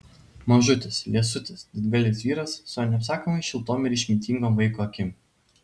mažutis liesutis didgalvis vyras su neapsakomai šiltom ir išmintingom vaiko akim